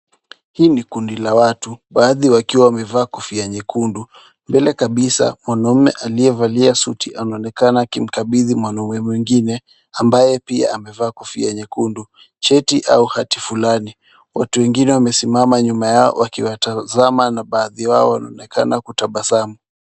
Hii ni kundi la watu, baadhi wakiwa wamevalia kofia nyekundu . Mbele kabisa, mwanaume aliyevalia suti anaonekana akimkabidhi mwanaume mwingine ambaye pia amevaa kofia nyekundi cheti au hati fulani. Watu wengine wamesimama nyuma yao wakiwatazama na baadhi yao wanaonekana kutabasamu.